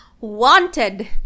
wanted